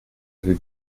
avez